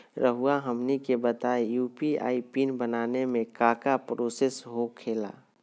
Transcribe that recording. रहुआ हमनी के बताएं यू.पी.आई पिन बनाने में काका प्रोसेस हो खेला?